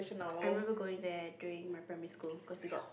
I remember going there during my primary school cause we got